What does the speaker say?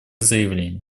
заявление